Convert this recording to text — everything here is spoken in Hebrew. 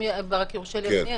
אם רק יורשה לי, אדוני.